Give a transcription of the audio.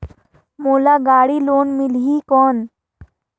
मोला गाड़ी लोन मिलही कौन?